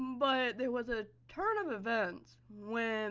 but there was a turn of events when